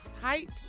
Height